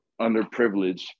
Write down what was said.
underprivileged